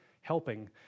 helping